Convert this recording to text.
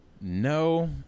No